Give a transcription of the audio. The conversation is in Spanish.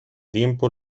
tiempo